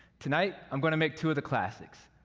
tonight, i'm gonna make two of the classics,